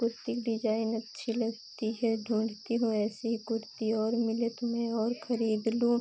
कुर्ति की डिजाईन अच्छी लगती है ढूँढती हूँ ऐसी ही कुर्ती और मिले तो मैं और ख़रीद लूँ